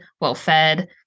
well-fed